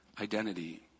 identity